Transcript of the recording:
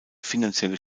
finanzielle